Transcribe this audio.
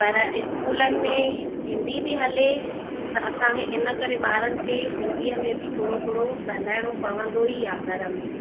पर इस्कूलनि में हिंदी थी हले त असांखे इन करे ॿारनि खे हिंदीअ में बि थोरो थोरो ॻाल्हाइणो पवंदो ई आहे घर में